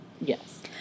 yes